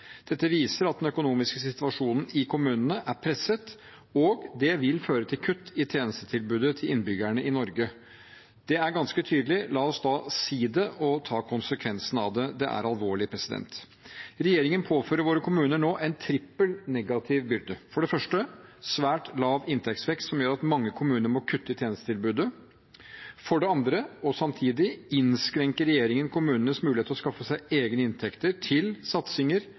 Dette viser at den økonomiske situasjonen i kommunene er presset, og det vil føre til kutt i tjenestetilbudet til innbyggerne i Norge. Det er ganske tydelig. La oss da si det og ta konsekvensene av det. Det er alvorlig. Regjeringen påfører nå våre kommuner en trippel negativ byrde: For det første svært lav inntektsvekst, som gjør at mange kommuner må kutte i tjenestetilbudet, for det andre – og samtidig – innskrenker regjeringen kommunenes mulighet til å skaffe seg egne inntekter til satsinger